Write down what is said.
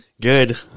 Good